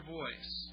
voice